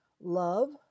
love